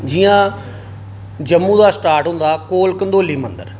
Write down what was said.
जि'यां जम्मू दा स्टार्ट होंदा कोल कंडोली मंदर